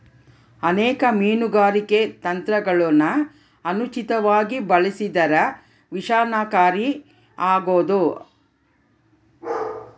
ಅನೇಕ ಮೀನುಗಾರಿಕೆ ತಂತ್ರಗುಳನ ಅನುಚಿತವಾಗಿ ಬಳಸಿದರ ವಿನಾಶಕಾರಿ ಆಬೋದು